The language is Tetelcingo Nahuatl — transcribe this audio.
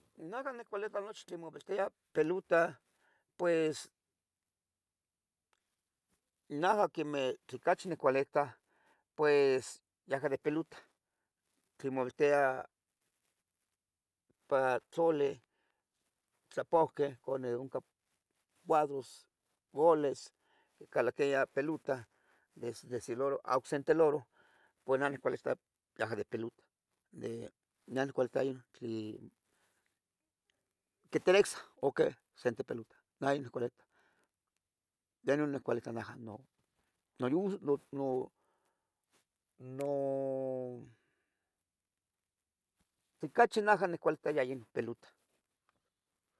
Naja nicvelita nochi tlen maviltiah pilota. Pues naja quemeh ocachi nicuilita pues yaja de pelota tlen mouiltia pan tlalih tlapohqueh ca neh oncan juegos, goles quicalaquia pilota de se laro a oc ocsente loro uan naja nicuilita a yehua de pilota. Nah nicuilita tlen ictelecsa sente pelota, neh inon nicuelita yeh non nicuilita ocachi naja nicuelita ya inon pilota.